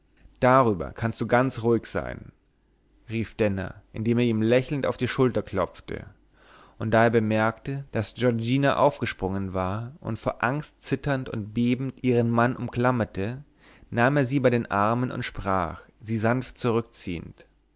darüber kannst du ganz ruhig sein rief denner indem er ihm lächelnd auf die schulter klopfte und da er bemerkte daß giorgina aufgesprungen war und vor angst zitternd und bebend ihren mann umklammerte nahm er sie bei den armen und sprach sie sanft zurückziehend